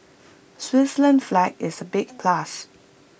Switzerland's flag is A big plus